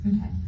Okay